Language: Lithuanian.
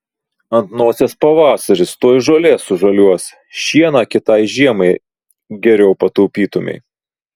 ant nosies pavasaris tuoj žolė sužaliuos šieną kitai žiemai geriau pataupytumei